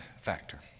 factor